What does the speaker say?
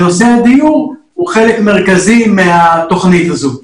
נושא הדיור הוא חלק מרכזי מהתוכנית הזו.